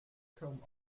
kaum